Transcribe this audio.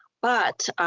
but